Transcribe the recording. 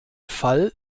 fall